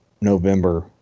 November